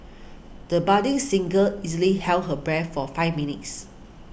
the budding singer easily held her breath for five minutes